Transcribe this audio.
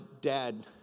dad